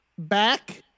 back